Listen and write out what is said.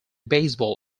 baseball